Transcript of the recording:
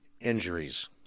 injuries